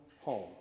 home